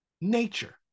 Nature